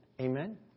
Amen